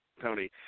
Tony